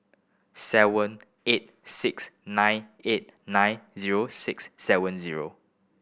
seven eight six nine eight nine zero six seven zero